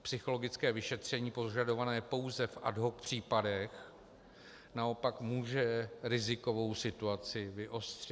Psychologické vyšetření požadované pouze v ad hoc případech naopak může rizikovou situaci vyostřit.